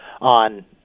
on